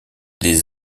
des